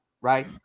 right